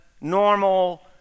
normal